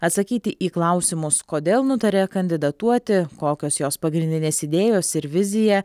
atsakyti į klausimus kodėl nutarė kandidatuoti kokios jos pagrindinės idėjos ir vizija